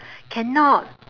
cannot